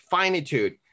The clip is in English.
finitude